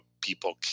people